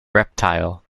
reptile